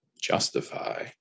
justify